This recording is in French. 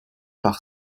par